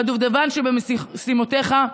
והדובדבן שבמשימותיך: